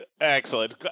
Excellent